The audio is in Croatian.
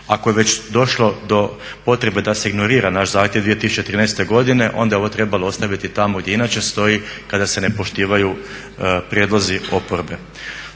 Ako je već došlo do potrebe da se ignorira naš zahtjev 2013.godine onda je ovo trebalo ostaviti tamo gdje inače stoji kada se ne poštivaju prijedlozi oporbe.